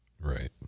Right